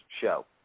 show